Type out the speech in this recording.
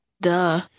Duh